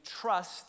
trust